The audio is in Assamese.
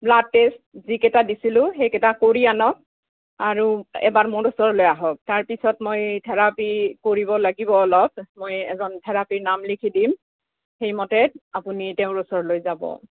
ব্লাড টেষ্ট যিকেইটা দিছিলোঁ সেইকেইটা কৰি আনক আৰু এবাৰ মোৰ ওচৰলৈ আহক তাৰপিছত মই থেৰাপি কৰিব লাগিব অলপ মই এজন থেৰাপিৰ নাম লিখি দিম সেইমতে আপুনি তেওঁৰ ওচৰলৈ যাব